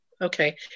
okay